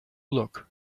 look